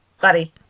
buddy